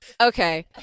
Okay